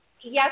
yes